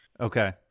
Okay